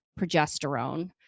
progesterone